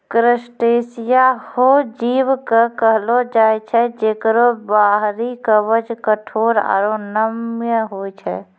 crustacea हो जीव कॅ कहलो जाय छै जेकरो बाहरी कवच कठोर आरो नम्य होय छै